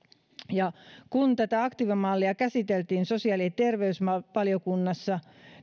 kun tätä aktiivimallia käsiteltiin sosiaali ja terveysvaliokunnassa